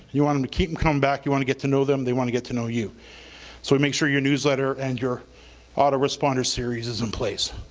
you want em to keep em coming back, you want to get to know them, they want to get to know you so we make sure your newsletter and your auto responder series is in place.